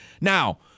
now